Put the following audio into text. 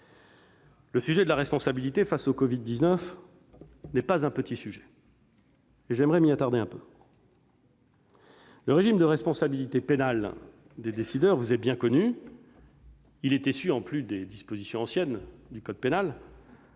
Le sujet de la responsabilité face aux Covid-19 n'est pas une petite question. J'aimerais donc m'y attarder un peu. Le régime de responsabilité pénale des décideurs vous est bien connu. Il est issu, en plus des dispositions anciennes du code pénal,